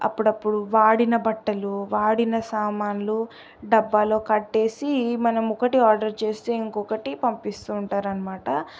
అప్పుడప్పుడు వాడిన బట్టలు వాడిన సామాన్లు డబ్బాలో కట్టేసి మనం ఒకటి ఆర్డర్ చేస్తే ఇంకొకటి పంపిస్తూ ఉంటారు అనమాట